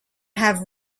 have